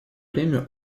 время